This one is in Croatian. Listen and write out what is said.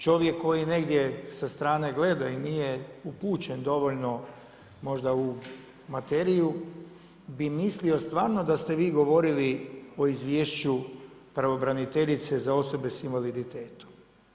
Čovjek koji je negdje sa strane gledao i nije upućen dovoljno možda u materiju bi mislio stvarno da ste vi govorili o izvješću pravobraniteljice za osobe sa invaliditetom.